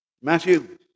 Matthew